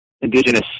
indigenous